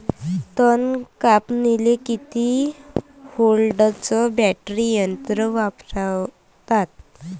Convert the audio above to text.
तन कापनीले किती व्होल्टचं बॅटरी यंत्र वापरतात?